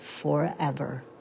forever